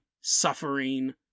suffering